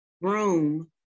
room